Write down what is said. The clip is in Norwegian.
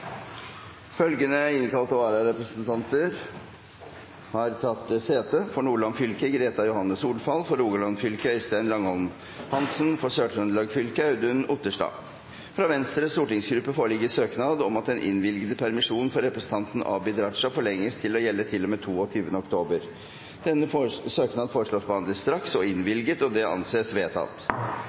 Følgende innkalte vararepresentanter har tatt sete: For Nordland fylke: Greta Johanne Solfall For Rogaland fylke: Øystein Langholm Hansen For Sør-Trøndelag fylke: Audun Otterstad. Fra Venstres stortingsgruppe foreligger søknad om at den innvilgede permisjon for representanten Abid Q. Raja forlenges til å gjelde til og med 22. oktober. Etter forslag fra presidenten ble enstemmig besluttet: Søknaden behandles straks og